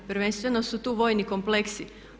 Prvenstveno su tu vojni kompleksi.